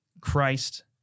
Christ